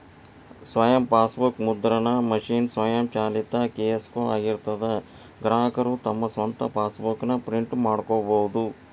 ಸ್ವಯಂ ಫಾಸ್ಬೂಕ್ ಮುದ್ರಣ ಮಷೇನ್ ಸ್ವಯಂಚಾಲಿತ ಕಿಯೋಸ್ಕೊ ಆಗಿರ್ತದಾ ಗ್ರಾಹಕರು ತಮ್ ಸ್ವಂತ್ ಫಾಸ್ಬೂಕ್ ನ ಪ್ರಿಂಟ್ ಮಾಡ್ಕೊಬೋದು